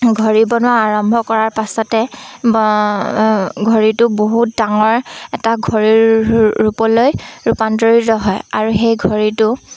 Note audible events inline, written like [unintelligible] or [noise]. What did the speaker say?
ঘড়ী বনোৱা আৰম্ভ কৰাৰ পাছতে [unintelligible] ঘড়ীটো বহুত ডাঙৰ এটা ঘড়ীৰ ৰূপলৈ ৰূপান্তৰিত হয় আৰু সেই ঘড়ীটো